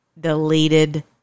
deleted